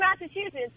Massachusetts